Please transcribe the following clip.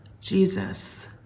Jesus